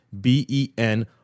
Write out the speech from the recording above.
B-E-N